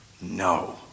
no